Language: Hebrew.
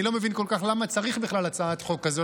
אני לא מבין כל כך למה צריך בכלל הצעת חוק כזאת,